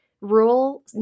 rural